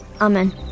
amen